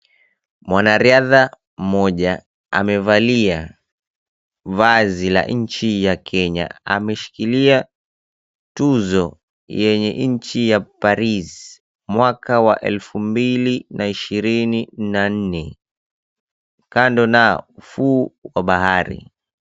Mwanariadha mmoja amevalia vazi la nchi ya Kenya. Ameshikilia tuzo yenye nchi ya Paris mwaka wa elfu mbili na ishirini na nne kando na ufuo wa bahari.